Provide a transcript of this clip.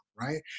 right